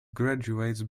graduates